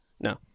No